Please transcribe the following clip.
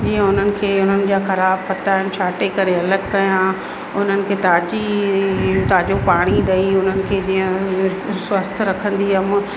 कीअं हुननि खे हुननि जा ख़राबु पत्ता छाटे करे अलॻि कया हुननि खे ताज़ी ताज़ो पाणी ॾेई हुननि खे जीअं स्वस्थ रखंदी हुअमि